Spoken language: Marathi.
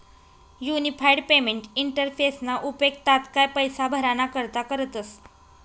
युनिफाईड पेमेंट इंटरफेसना उपेग तात्काय पैसा भराणा करता करतस